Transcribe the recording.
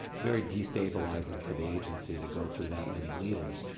very destabilizing for the agency to go through that many leaders.